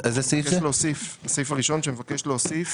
סעיף ראשון שמבקש להוסיף